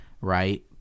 right